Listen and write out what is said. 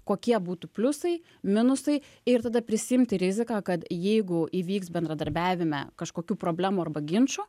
kokie būtų pliusai minusai ir tada prisiimti riziką kad jeigu įvyks bendradarbiavime kažkokių problemų arba ginčų